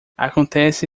acontece